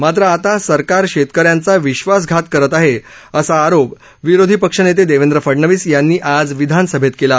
मात्र आता सरकार शेतकऱ्यांचा विश्वासघात करत आहे असा आरोप विरोधी पक्षनेते देवेंद्र फडनवीस यांनी आज विधानसभैत केला